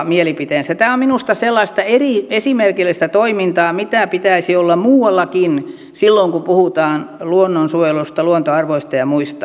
tämä on minusta sellaista esimerkillistä toimintaa mitä pitäisi olla muuallakin silloin kun puhutaan luonnonsuojelusta luontoarvoista ja muista